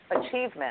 achievement